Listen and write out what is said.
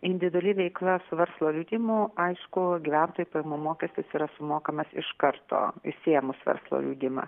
individuali veikla su verslo liudijimų aišku gyventojų pajamų mokestis yra sumokamas iš karto išsiėmus verslo liudijimą